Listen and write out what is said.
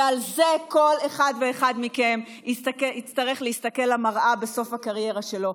ועל זה כל אחד ואחד מכם יצטרך להסתכל במראה בסוף הקריירה שלו,